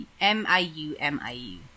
M-I-U-M-I-U